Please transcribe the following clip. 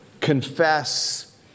Confess